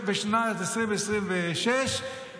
אם הצבא יגיד: בשנת 2024 נקלוט 3,000,